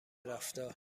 رفتار